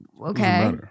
Okay